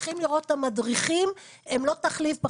המדריכים הם לא תחליף,